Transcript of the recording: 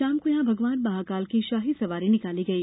शाम को यहां भगवान महाकाल की शाही सवारी निकाली गई